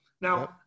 Now